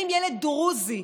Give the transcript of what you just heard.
האם ילד דרוזי,